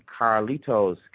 Carlitos